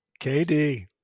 KD